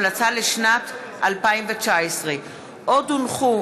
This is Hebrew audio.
המלצה לשנת 2019. עוד הונחו,